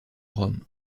rhum